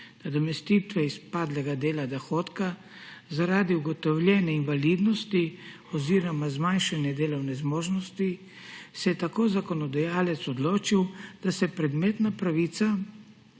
nadomestitve izpadlega dela dohodka zaradi ugotovljene invalidnosti oziroma zmanjšane delovne zmožnosti, se je tako zakonodajalec odločil, da se predmetna pravica